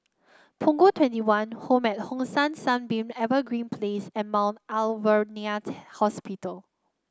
Punggol Twenty one Home at Hong San Sunbeam Evergreen Place and Mount Alvernia Hospital